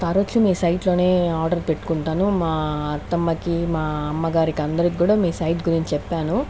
తరచూ మీ సైట్ లోనే ఆర్డర్ పెట్టుకుంటాను మా అత్తమ్మకి మా అమ్మగారికి అందరికీ కూడా మీ సైట్ గురించి చెప్పాను